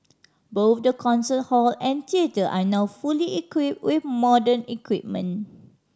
both the concert hall and theatre are now fully equipped with modern equipment